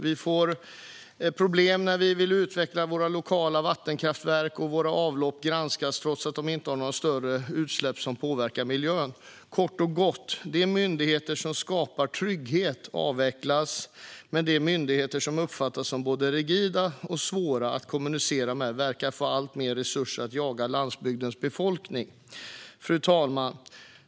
Vi får problem när vi vill utveckla våra lokala vattenkraftverk, och våra avlopp granskas trots att de inte har några större utsläpp som påverkar miljön. Kort och gott: De myndigheter som skapar trygghet avvecklas, men de myndigheter som uppfattas som både rigida och svåra att kommunicera med verkar få alltmer resurser för att jaga landsbygdens befolkning. Fru talman!